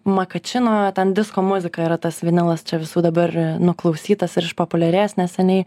makačino ten disko muzika yra tas vinilas čia visų dabar nuklausytas ir išpopuliarėjęs neseniai